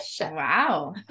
wow